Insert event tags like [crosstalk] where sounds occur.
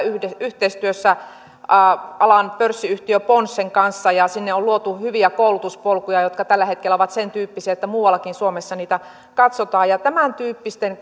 yhteistyössä alan pörssiyhtiö ponssen kanssa ja sinne on luotu hyviä koulutuspolkuja jotka tällä hetkellä ovat sentyyppisiä että muuallakin suomessa niitä katsotaan tämäntyyppisten [unintelligible]